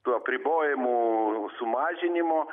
tų apribojimų sumažinimo